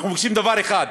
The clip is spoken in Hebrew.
אנחנו מבקשים דבר אחד: